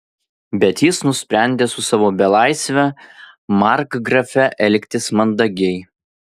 bet jis nusprendė su savo belaisve markgrafe elgtis mandagiai